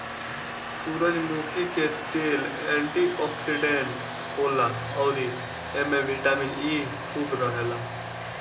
सूरजमुखी के तेल एंटी ओक्सिडेंट होला अउरी एमे बिटामिन इ खूब रहेला